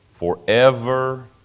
Forever